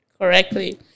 correctly